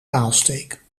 paalsteek